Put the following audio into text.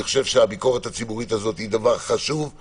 אני חושב שהביקורת הציבורית הזו היא דבר חשוב,